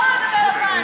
כתוב פה שחור על גבי לבן,